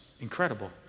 incredible